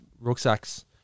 Rucksacks